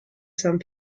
some